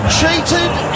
cheated